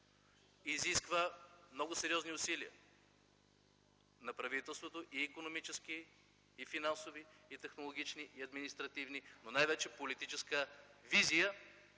изисква много сериозни усилия на правителството – икономически, финансови, технологични, административни, но най-вече политическа визия